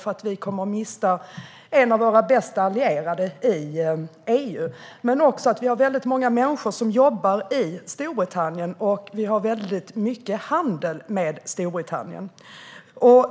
Vi kommer nämligen att mista en av våra bästa allierade i EU. Det är också väldigt många svenskar som jobbar i Storbritannien, och vi har mycket handel med Storbritannien.